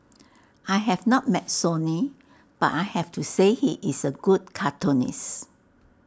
I have not met Sonny but I have to say he is A good cartoonist